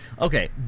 okay